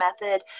method